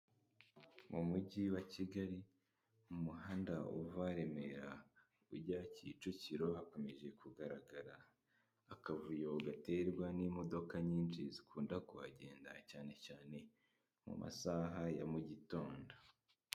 Mu mujyi wa Kigali, mu muhanda uva Remera ujya Kicukiro, hakomeje kugaragara akavuyo gaterwa n'imodoka nyinshi zikunda kuhagenda cyane cyane mu masaha ya mu gitondo.